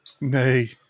nay